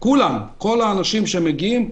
כל האנשים שמגיעים.